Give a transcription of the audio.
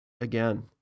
again